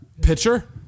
Pitcher